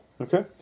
Okay